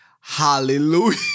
Hallelujah